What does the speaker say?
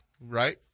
right